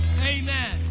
Amen